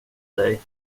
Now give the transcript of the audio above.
dig